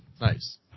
Nice